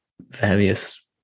various